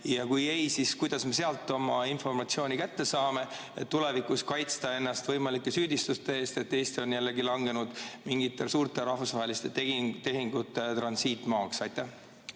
ei ole, siis kuidas me sealt oma informatsiooni kätte saame, et tulevikus kaitsta ennast võimalike süüdistuste eest, et Eesti on jällegi olnud mingite suurte rahvusvaheliste tehingute transiitmaa? Aitäh,